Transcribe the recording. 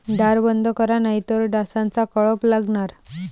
दार बंद करा नाहीतर डासांचा कळप लागणार